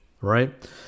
right